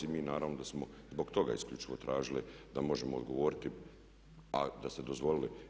I mi naravno da smo zbog toga isključivo tražili da možemo odgovoriti a da ste dozvolili.